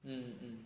mm mm